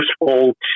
useful